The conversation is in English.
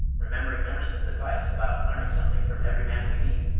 remembering emerson's advice about learning something from every man we meet,